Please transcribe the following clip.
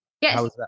Yes